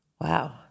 Wow